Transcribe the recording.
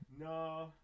No